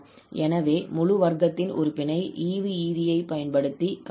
எனவே முழு வர்கத்தின் உறுப்பினை ஈவு விதியை பயன்படுத்திக் காணலாம்